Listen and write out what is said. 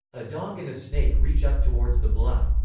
a dog and a snake reach up towards the blood.